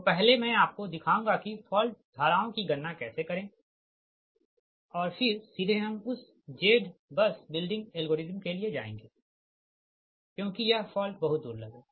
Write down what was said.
तो पहले मैं आपको दिखाऊंगा कि फॉल्ट धाराओं की गणना कैसे करें ठीक है और फिर सीधे हम उस z बस बिल्डिंग एल्गोरिदम के लिए जाएंगे क्योंकि यह फॉल्ट बहुत दुर्लभ है